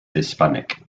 hispanic